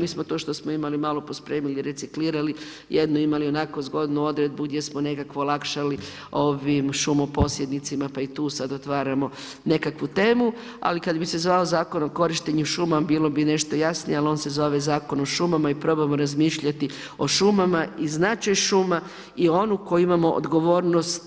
Mi smo to što smo imali malo pospremili, reciklirali, jednu imali onako zgodnu odredbu gdje smo nekako olakšali ovim šumoposjednicima pa i tu sad otvaramo nekakvu temu, ali kad bi se zvao Zakon o korištenju šuma bilo bi nešto jasnije, ali on se zove Zakon o šumama i probamo razmišljati o šumama i značaju šuma i onu koju imamo odgovornost